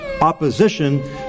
opposition